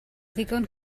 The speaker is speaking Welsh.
ddigon